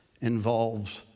involves